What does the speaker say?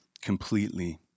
completely